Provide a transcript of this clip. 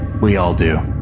we all do.